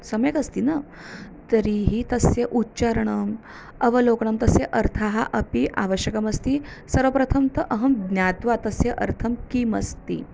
सम्यक् अस्ति न तर्हि तस्य उच्चरणम् अवलोकनं तस्य अर्थः अपि आवश्यकमस्ति सर्वप्रथमं तु अहं ज्ञात्वा तस्य अर्थं किम् अस्ति